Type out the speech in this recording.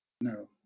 No